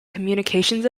communications